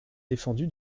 défendu